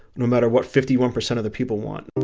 no matter what. fifty one percent of the people want